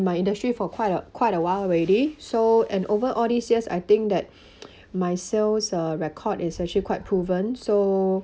my industry for quite a quite a while already so and over all these years I think that my sales uh record is actually quite proven so